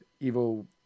evil